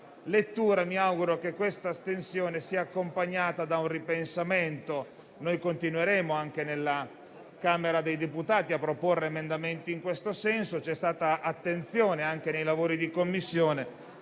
mi auguro che questa astensione sia accompagnata da un ripensamento. Noi continueremo, anche nella Camera dei deputati, a proporre emendamenti in tal senso. C'è stata attenzione, anche nei lavori di Commissione,